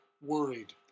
worried